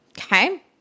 Okay